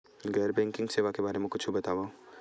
गैर बैंकिंग सेवा के बारे म कुछु बतावव?